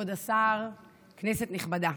כנסת נכבדה,